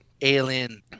alien